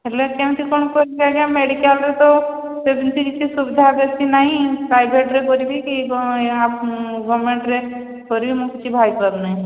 ହେଲେ କେମିତି କ'ଣ କରିବି ଆଜ୍ଞା ମେଡିକାଲରେ ତ ସେମିତି କିଛି ସୁବିଧା ବେଶୀ ନାହିଁ ପ୍ରାଇଭେଟରେ କରିବି କି ଗମେଣ୍ଟରେ କରିବି ମୁଁ କିଛି ଭାବିପାରୁନାହିଁ